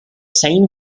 same